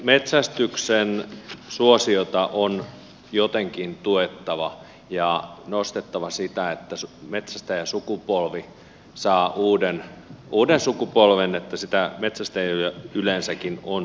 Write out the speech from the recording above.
metsästyksen suosiota on jotenkin tuettava ja nostettava sitä että metsästäjäsukupolvi saa uuden sukupolven niin että metsästäjiä yleensäkin on suomessa